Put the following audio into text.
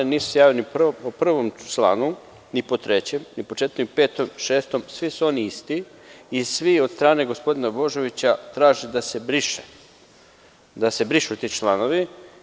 Nisam se javio ni po prvom članu, ni po trećem, ni po četvrtom, petom, šestom, svi su oni isti i svi od strane gospodina Božovića, traže da se brišu ti članovi.